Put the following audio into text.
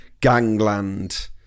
gangland